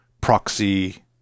proxy